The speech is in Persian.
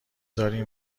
داریم